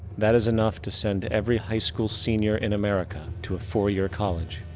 that is enough to send every high school senior in america to a four year college.